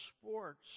sports